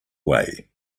way